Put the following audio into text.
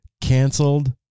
canceled